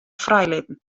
frijlitten